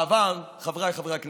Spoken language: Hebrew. בעבר, חבריי חברי הכנסת,